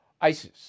ISIS